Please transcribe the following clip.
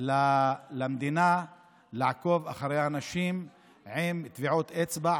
למדינה לעקוב אחרי אנשים באמצעות טביעות אצבע.